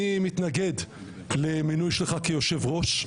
אני מתנגד למינוי שלך כיושב ראש.